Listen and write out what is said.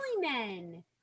men